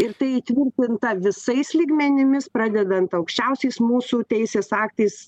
ir tai įtvirtinta visais lygmenimis pradedant aukščiausiais mūsų teisės aktais